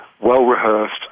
well-rehearsed